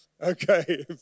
Okay